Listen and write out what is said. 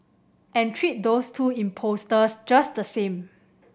and treat those two impostors just the same